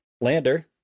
Lander